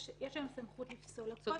יש לו היום סמכות לפסול אותו.